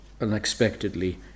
unexpectedly